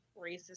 racist